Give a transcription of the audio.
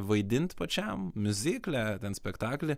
vaidint pačiam miuzikle ten spektakly